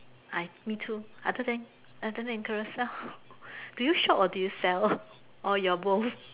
I me too other than other than Carousell do you shop or you sell or you are both